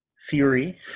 Fury